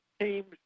teams